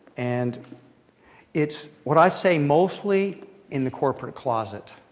and it's what i say, mostly in the corporate closet.